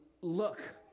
look